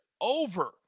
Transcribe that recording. over